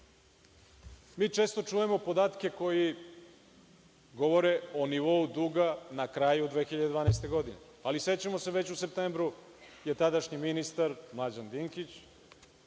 evra. Često čujemo podatke koji govore o nivou duga na kraju 2012. godine, ali sećamo se, već u septembru je tadašnji ministar, Mlađan Dinkić,